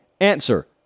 Answer